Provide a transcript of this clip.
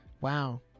Wow